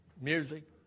music